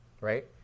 right